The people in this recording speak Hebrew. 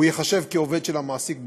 הוא ייחשב לעובד של המעסיק בפועל.